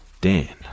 Dan